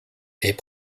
est